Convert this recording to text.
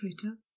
Twitter